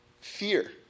fear